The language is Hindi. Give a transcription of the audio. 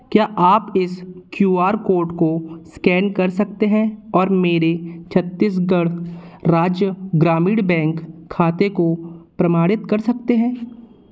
क्या आप इस क्यू आर कोड को स्कैन कर सकते हैं और मेरे छत्तीसगढ़ राज्य ग्रामीण बैंक खाते को प्रमाणित कर सकते हैं